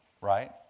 right